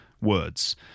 words